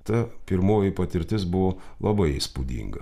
ta pirmoji patirtis buvo labai įspūdinga